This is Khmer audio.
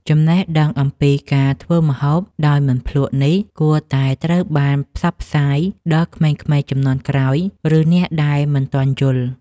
ចំណេះដឹងអំពីការធ្វើម្ហូបដោយមិនភ្លក្សនេះគួរតែត្រូវបានផ្សព្វផ្សាយដល់ក្មេងៗជំនាន់ក្រោយ ឬអ្នកដែលមិនទាន់យល់។